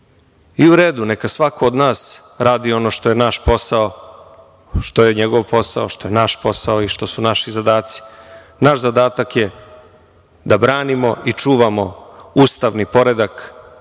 U redu, neka svako od nas radi ono što je naš posao, što je njegov posao, što je njegov posao i što su naši zadaci. Naš zadatak je da branimo i čuvamo ustavni poredak